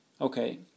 Okay